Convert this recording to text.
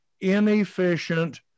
inefficient